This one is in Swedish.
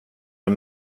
det